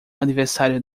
aniversário